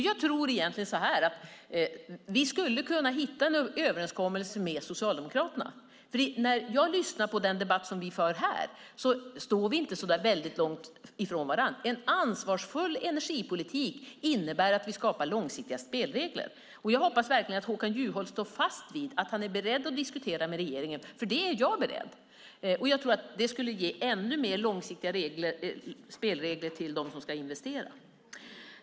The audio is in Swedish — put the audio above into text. Jag tror egentligen att vi skulle kunna hitta en överenskommelse med Socialdemokraterna, för i debatten som vi för här står vi inte så väldigt långt ifrån varandra. En ansvarsfull energipolitik innebär att vi skapar långsiktiga spelregler. Och jag hoppas verkligen att Håkan Juholt står fast vid att han är beredd att diskutera med regeringen, för jag är beredd. Jag tror att det skulle ge ännu mer långsiktiga spelregler för dem som ska investera.